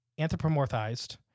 Anthropomorphized